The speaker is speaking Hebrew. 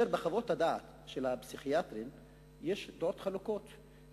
כאשר בחוות הדעת של הפסיכיאטרים הדעות חלוקות,